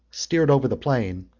steered over the plain,